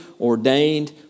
ordained